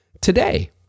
today